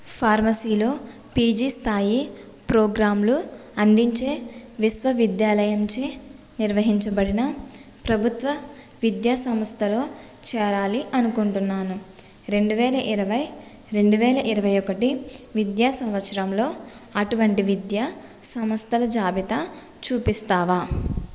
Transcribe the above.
ఫార్మసీలో PG స్థాయి ప్రోగ్రాంలు అందించే విశ్వవిద్యాలయం చేత నిర్వహించబడిన ప్రభుత్వ విద్యా సంస్థలో చేరాలి అనుకుంటున్నాను రెండు వేల ఇరవై రెండు వేల ఇరవై ఒకటి విద్యా సంవత్సరంలో అటువంటి విద్యా సంస్థల జాబితా చూపిస్తావా